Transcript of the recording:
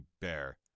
bear